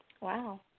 wow